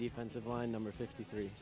defensive line number fifty three